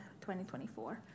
2024